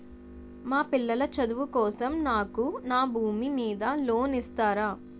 మా పిల్లల చదువు కోసం నాకు నా భూమి మీద లోన్ ఇస్తారా?